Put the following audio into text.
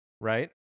right